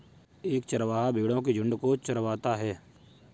एक चरवाहा भेड़ो के झुंड को चरवाता है